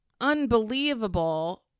unbelievable